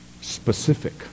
specific